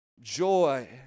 joy